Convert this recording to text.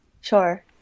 Sure